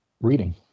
reading